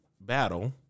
battle